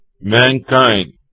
mankind